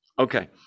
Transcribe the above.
Okay